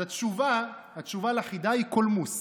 אז התשובה, התשובה על החידה היא קולמוס.